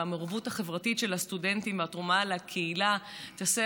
והמעורבות החברתית של הסטודנטים והתרומה לקהילה תעשה